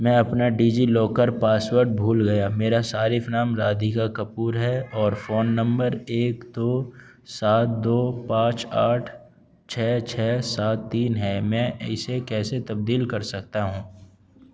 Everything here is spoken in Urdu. میں اپنا ڈیجی لاکر پاس ورڈ بھول گیا میرا صارف نام رادھکا کپور ہے اور فون نمبر ایک دو سات دو پانچ آٹھ چھ چھ سات تین ہے میں اسے کیسے تبدیل کر سکتا ہوں